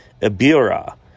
Ibira